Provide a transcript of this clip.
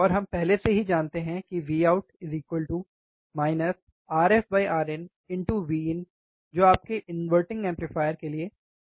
और हम पहले से ही जानते हैं कि Vout RFRin Vin जो आपके इन्वर्टिंग एम्पलीफायर के लिए सूत्र है